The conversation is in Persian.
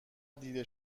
دیده